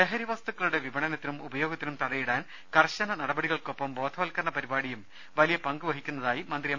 ലഹരി വസ്തുക്കളുടെ വിപണനത്തിനും ഉപയോഗത്തിനും തടയിടാൻ കർശന നടപടികൾക്കൊപ്പം ബോധവത്ക്കരണ പരിപാടിയും വലിയ പങ്കുവഹിക്കുന്നതായി മന്ത്രി എം